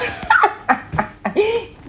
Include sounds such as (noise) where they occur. (laughs)